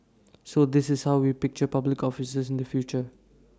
so this is how we picture public officers in the future